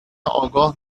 آگاه